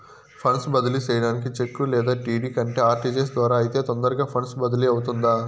funds బదిలీ సేయడానికి cheque లేదా డీ.డీ కంటే ఆర్.టి.జి.ఎస్ ద్వారా అయితే తొందరగా ఫండ్స్ బదిలీ అవుతుందా